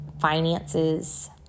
finances